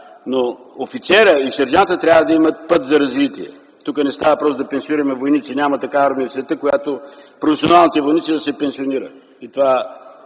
но офицера и сержанта трябва да имат път за развитие. Тук не става въпрос да пенсионираме войници. Няма такава армия в света, в която професионалните войници да се пенсионират. Това